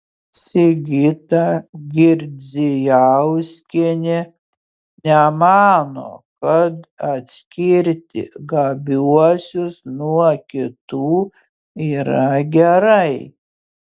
sigita girdzijauskienė nemano kad atskirti gabiuosius nuo kitų yra gerai